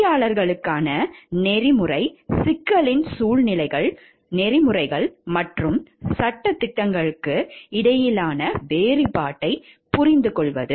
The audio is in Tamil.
பொறியாளர்களுக்கான நெறிமுறை சிக்கல்களின் சூழ்நிலைகள் நெறிமுறைகள் மற்றும் சட்டங்களுக்கு இடையிலான வேறுபாட்டைப் புரிந்துகொள்வது